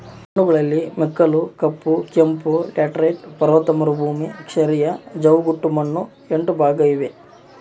ಮಣ್ಣುಗಳಲ್ಲಿ ಮೆಕ್ಕಲು, ಕಪ್ಪು, ಕೆಂಪು, ಲ್ಯಾಟರೈಟ್, ಪರ್ವತ ಮರುಭೂಮಿ, ಕ್ಷಾರೀಯ, ಜವುಗುಮಣ್ಣು ಎಂಟು ಭಾಗ ಇವೆ